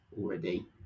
already